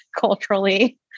culturally